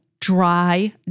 dry